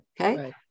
Okay